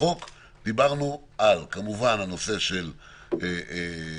בחוק דיברנו כמובן על הנושא של הוכחות